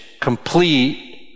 complete